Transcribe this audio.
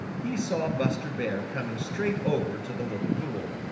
he saw buster bear coming straight over to the little pool.